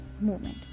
movement